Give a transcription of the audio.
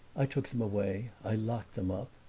i took them away. i locked them up.